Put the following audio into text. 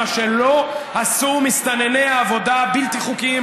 מה שלא עשו מסתנני העבודה הבלתי-חוקיים